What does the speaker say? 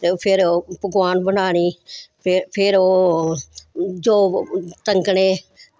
ते फिर ओह् पकवान बनानी फिर ओह् चौक टंगने